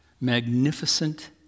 magnificent